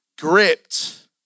Gripped